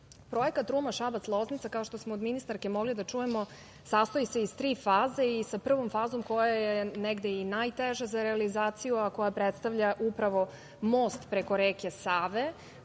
B.Projekat Ruma-Šabac-Loznica, kao što smo od ministarke mogli da čujemo, sastoji se iz tri faze i sa prvom fazom koja je negde i najteža za realizaciju, koja predstavlja upravo most preko reke Save